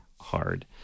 hard